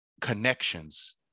connections